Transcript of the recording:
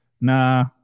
Nah